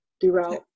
throughout